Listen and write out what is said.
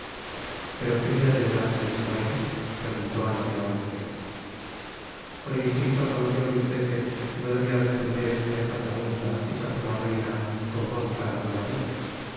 pero que dia debe darse ese baile preguntó ana de austria por instinto conoció luis xiii que no debia responder á esta pregunta hecha por la reina con voz tan adolorida